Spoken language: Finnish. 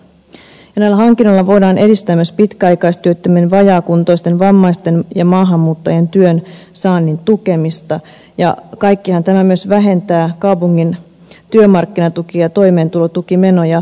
näillä hankinnoilla voidaan edistää myös pitkäaikaistyöttömien vajaakuntoisten vammaisten ja maahanmuuttajien työnsaannin tukemista ja kaikkihan tämä myös vähentää kaupungin työmarkkinatuki ja toimeentulotukimenoja